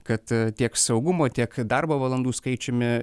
kad tiek saugumo tiek darbo valandų skaičiumi